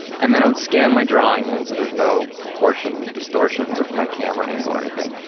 and then, i would scan my drawing in so there's no proportion distortion with my camera angle or anything.